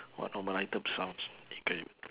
what normal item sounds incredi~